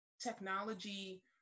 Technology